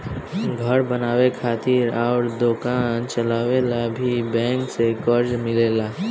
घर बनावे खातिर अउर दोकान चलावे ला भी बैंक से कर्जा मिलेला